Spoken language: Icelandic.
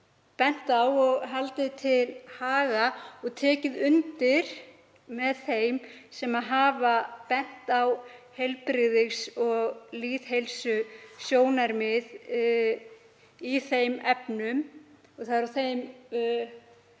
bent á og haldið til haga og tekið undir með þeim sem hafa bent á heilbrigðis- og lýðheilsusjónarmið í þeim efnum. Það er á þeim